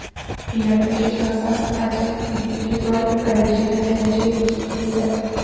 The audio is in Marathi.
फियाट पैसे सहसा सरकारच्या डिक्रीद्वारे कायदेशीर असल्याचे घोषित केले जाते